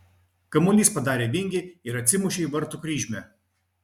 kamuolys padarė vingį ir atsimušė į vartų kryžmę